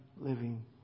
living